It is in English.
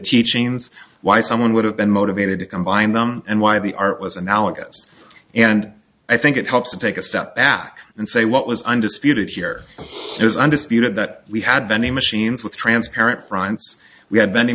teachings why someone would have been motivated to combine them and why the art was analogous and i think it helps to take a step back and say what was undisputed here is undisputed that we had many machines with transparent fronts we had vending